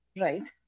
right